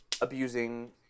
abusing